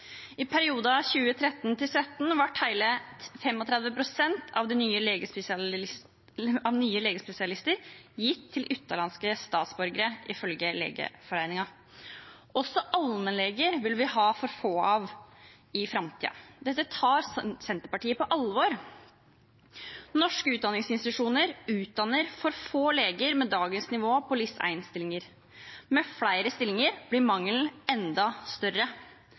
I perioden 2013–2017 ble hele 35 pst. av godkjennelsene av nye legespesialister gitt til utenlandske statsborgere, ifølge Legeforeningen. Også allmennleger vil vi ha for få av i framtiden, og dette tar Senterpartiet på alvor. Norske utdanningsinstitusjoner utdanner for få leger med dagens nivå på LIS1-stillinger. Med flere stillinger blir mangelen enda større.